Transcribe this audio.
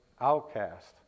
outcast